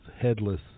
headless